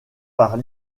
par